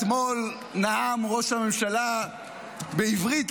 אתמול נאם ראש הממשלה בעברית,